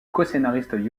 coscénariste